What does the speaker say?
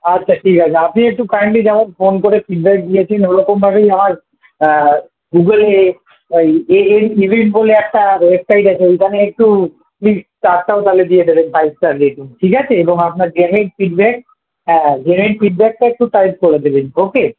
আচ্ছা ঠিক আছে আপনি একটু কাইন্ডলি যেমন ফোন করে ফিডব্যাক দিয়েছেন ওরকমভাবেই আমার গুগলে ওই এএ ইভেন্ট বলে একটা ওয়েবসাইট আছে ওইখানে একটু প্লিস স্টারটাও তাহলে দিয়ে দেবেন ফাইভ স্টার রেটিং ঠিক আছে এবং আপনার জেনুইন ফিডব্যাক হ্যাঁ জেনুইন ফিডব্যাকটা একটু টাইপ করে দেবেন ওকে